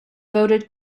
voted